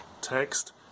text